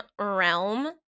realm